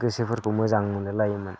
गोसोफोरखौ मोजां मोनलायलायोमोन